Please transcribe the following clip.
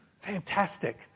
Fantastic